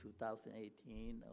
2018